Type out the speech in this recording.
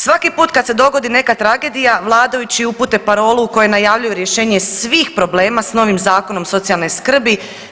Svaki put kad se dogodi neka tragedija vladajući upute parolu u kojoj najavljuju rješenje svih problema s novim Zakonom o socijalnoj skrbi.